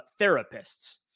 therapists